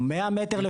או 100 מ"ר.